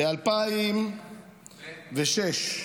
ב-2006 --- 2006?